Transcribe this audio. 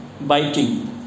biting